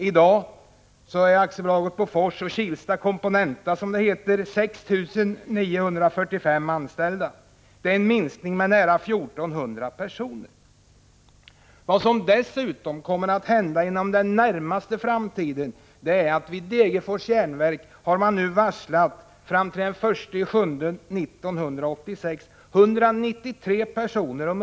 I dag är antalet 6 945, det är en minskning med nära 1 400 personer. Vad som dessutom kommer att hända inom den närmaste framtiden är att 193 personer vid Degerfors Järnverk har varslats om uppsägning fram till den 1 juli 1986.